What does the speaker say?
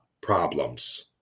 problems